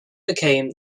became